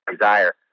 Desire